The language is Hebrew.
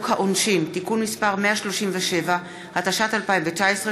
העונשין (תיקון מס' 137) התשע"ט 2019,